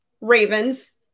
Ravens